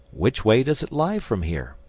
which way does it lie from here?